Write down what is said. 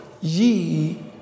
ye